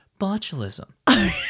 botulism